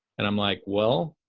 and i'm like, well,